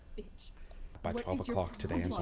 by twelve o'clock today, like